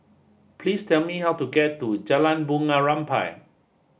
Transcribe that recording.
please tell me how to get to Jalan Bunga Rampai